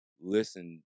listen